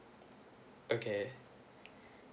okay